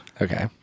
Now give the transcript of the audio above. Okay